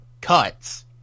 cuts